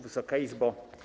Wysoka Izbo!